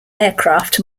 aircraft